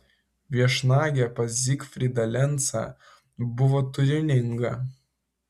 viešnagė pas zygfrydą lencą buvo turininga